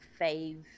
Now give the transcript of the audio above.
fave